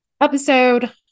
episode